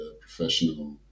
professional